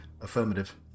affirmative